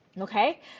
okay